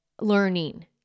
learning